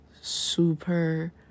super